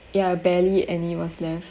ya barely any was left